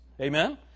Amen